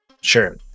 Sure